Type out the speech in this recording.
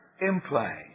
implies